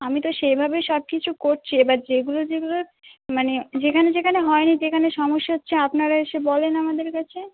আমি তো সেভাবেই সব কিছু করছি এবার যেগুলো যেগুলো মানে যেখানে যেখানে হয়নি যেখানে সমস্যা হচ্ছে আপনারা এসে বলুন আমাদের কাছে